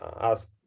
ask